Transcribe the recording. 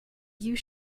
you